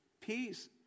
peace